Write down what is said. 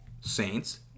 Saints